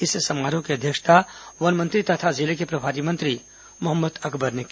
इस समारोह की अध्यक्षता वन मंत्री तथा जिले के प्रभारी मंत्री मोहम्मद अकबर ने की